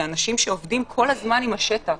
אלה אנשים שעובדים כל הזמן עם השטח.